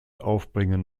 aufbringen